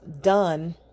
done